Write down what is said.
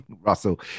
Russell